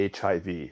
HIV